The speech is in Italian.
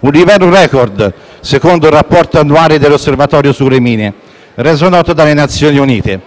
un livello *record*, secondo il rapporto annuale dell'Osservatorio sulle mine reso noto dalle Nazioni Unite.